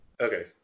okay